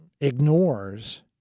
ignores